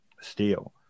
steel